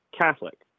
Catholic